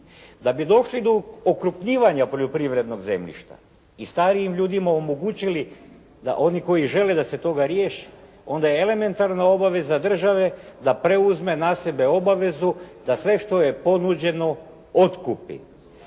Da bi došli do okrupnjivanja poljoprivrednog zemljišta i starijim ljudima omogućili da oni koji žele da se toga riješe onda je elementarna obaveza države da preuzme na sebe obavezu da sve što je ponuđeno otkupi.